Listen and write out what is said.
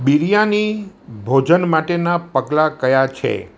બિરયાની ભોજન માટેનાં પગલાં ક્યા છે